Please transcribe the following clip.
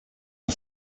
are